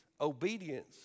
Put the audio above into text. Obedience